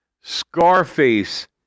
Scarface